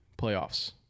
playoffs